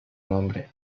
nombre